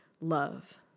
love